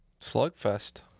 Slugfest